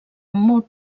amb